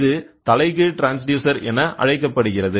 இது தலைகீழ் ட்ரான்ஸ்டியூசர் என அழைக்கப்படுகிறது